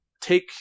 take